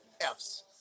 F's